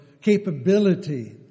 capability